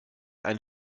ein